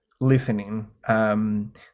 listening